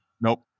Nope